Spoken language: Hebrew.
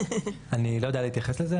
אני לא יודע להתייחס לזה,